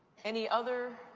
any other